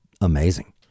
amazing